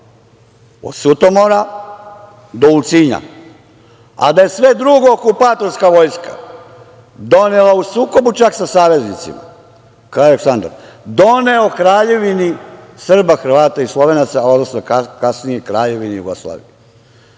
od Sutomora do Ulcinja, a da je sve drugo okupatorska vojska donela u sukobu sa saveznicima, kralj Aleksandar, doneo Kraljevini Srba, Hrvata i Slovenaca odnosno kasnije Kraljevini Jugoslaviji.